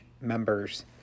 members